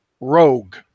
Rogue